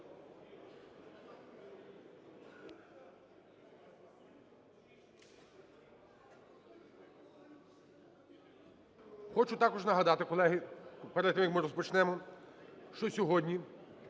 Хочу також нагадати, колеги, перед тим, як ми розпочнемо, що сьогодні,